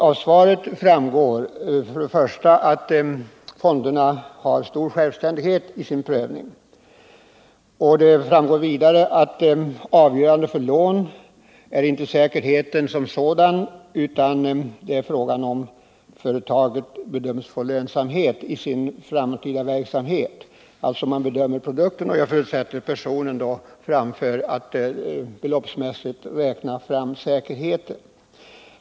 Av svaret framgår att fonderna har stor självständighet i sin prövning och vidare att avgörande för lån är inte säkerheten som sådan, utan om företaget bedöms få lönsamhet i sin framtida verksamhet. Man bedömer alltså produkten och, förutsätter jag, personen i stället för att beloppsmässigt räkna fram säkerheten.